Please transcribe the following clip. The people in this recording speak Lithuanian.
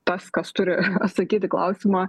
tas kas turi atsakyti į klausimą